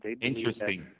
Interesting